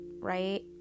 right